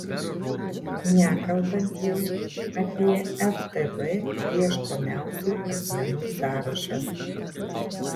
nekalbant jau apie ftb ieškomiausių asmenų sąrašą